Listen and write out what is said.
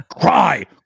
Cry